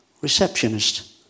receptionist